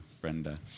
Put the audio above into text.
Brenda